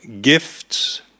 gifts